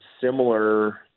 similar